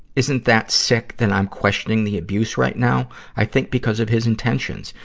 isn't that sick that i'm questioning the abuse right now? i think because of his intentions,